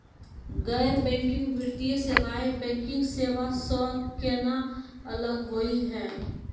गैर बैंकिंग वित्तीय सेवाएं, बैंकिंग सेवा स केना अलग होई हे?